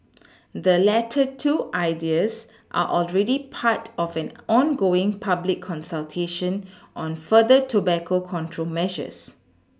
the latter two ideas are already part of an ongoing public consultation on further tobacco control measures